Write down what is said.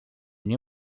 nie